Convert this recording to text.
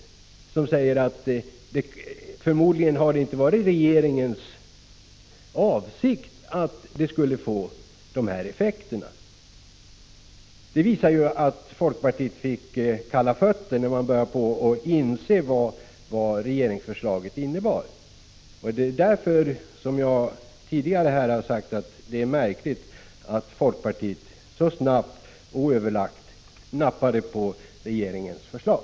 I den motionen sägs det att det förmodligen inte har varit regeringens avsikt att förslaget skulle få dessa effekter. Det visar ju att folkpartiet fick kalla fötter när man började inse vad regeringsförslaget innebar. Det är därför jag tidigare har sagt att det är märkligt att folkpartiet så snabbt och oöverlagt nappade på regeringens förslag.